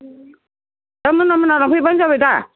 दा मोना मोना लांफैब्लानो जाबायदा